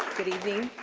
good evening,